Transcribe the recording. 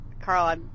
Carl